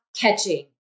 catching